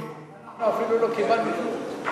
אנחנו לא קיבלנו כלום.